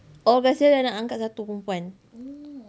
all guys then dia ada anak angkat satu perempuan